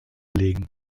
legen